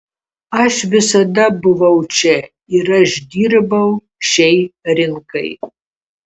aš visada buvau čia ir aš dirbau šiai rinkai